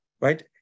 right